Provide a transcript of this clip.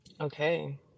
Okay